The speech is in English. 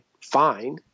fine